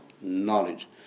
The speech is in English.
knowledge